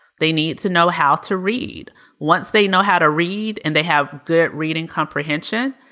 they need to know how to read once they know how to read and they have good reading comprehension.